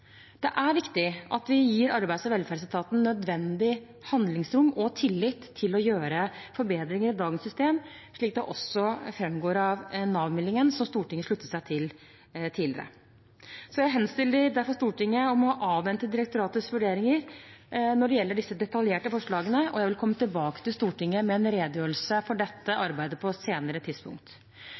Det er viktig at vi gir Arbeids- og velferdsetaten nødvendig handlingsrom og tillit til å gjøre forbedringer i dagens system, slik det også framgår av Nav-meldingen som Stortinget sluttet seg til tidligere. Jeg henstiller derfor til Stortinget å avvente direktoratets vurderinger når det gjelder disse detaljerte forslagene, og jeg vil komme tilbake til Stortinget med en redegjørelse for dette arbeidet på et senere tidspunkt.